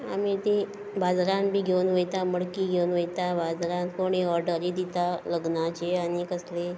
आमी तीं बाजारांत बी घेवन वयता मडकी घेवन वयता बाजारांत कोण ऑर्डरी दिता लग्नाची आनी कसली